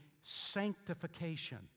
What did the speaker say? sanctification